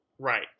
Right